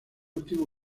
último